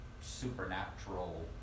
supernatural